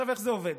איך זה עובד?